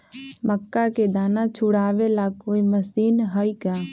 मक्का के दाना छुराबे ला कोई मशीन हई का?